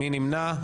מי נמנע?